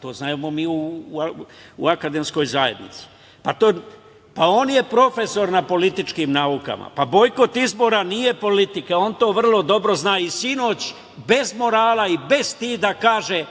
To znamo mi u akademskoj zajednici. Pa, on je profesor na političkim naukama. Pa, bojkot izbora nije politika, on to vrlo dobro zna i sinoć bez morala i bez stida kaže